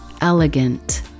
elegant